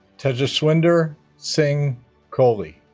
tejishwinder singh kohli